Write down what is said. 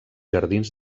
jardins